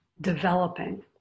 developing